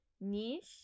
niche